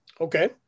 Okay